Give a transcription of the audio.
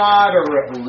Moderate